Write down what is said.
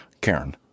karen